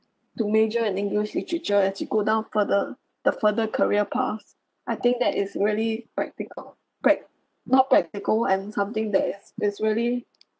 to major in english literature as you go down further the further career path I think that is really practical prac~ not practical and something that is is really